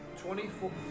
Twenty-four